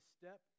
step